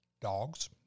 dogs